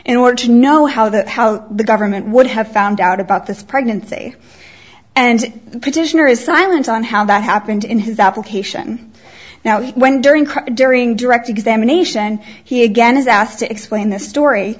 order to know how that how the government would have found out about this pregnancy and petitioner is silent on how that happened in his application now when during during direct examination he again is asked to explain the story